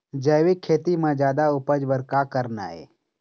जैविक खेती म जादा उपज बर का करना ये?